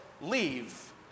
leave